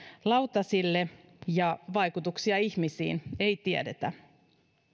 lautasille ja vaikutuksia ihmisiin ei tiedetä